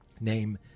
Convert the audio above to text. name